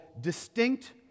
Distinct